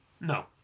No